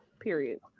Period